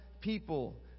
people